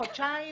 חודשיים,